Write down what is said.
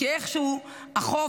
כי איכשהו החוב,